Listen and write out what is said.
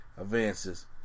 Advances